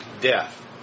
death